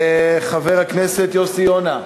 חבר הכנסת יוסי יונה,